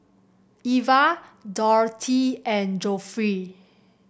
Iva Dorthy and Geoffrey